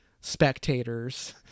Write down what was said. spectators